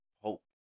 hope